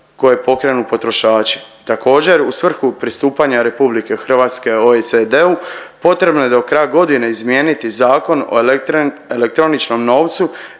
koje pokrenu potrošači. Također u svrhu pristupanja RH OECD-u, potrebno je do kraja godine izmijeniti Zakon o elektroničnom novcu